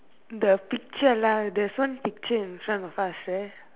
the picture lah there's one picture in front of us right